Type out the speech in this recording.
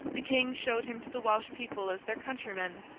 the king showed him to the welsh people as their countryman,